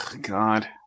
God